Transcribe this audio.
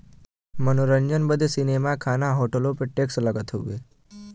मनोरंजन बदे सीनेमा, खाना, होटलो पे टैक्स लगत हउए